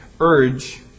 urge